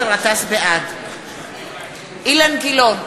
בעד אילן גילאון,